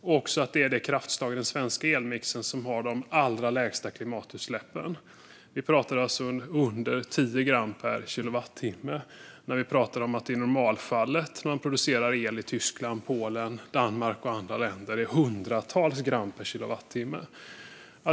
Kärnkraften är också det kraftslag i den svenska elmixen som har de allra lägsta klimatutsläppen - vi talar om under 10 gram per kilowattimme. I normalfallet är det när man producerar el i Tyskland, Polen, Danmark och andra länder hundratals gram per kilowattimme.